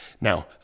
Now